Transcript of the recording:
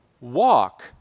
walk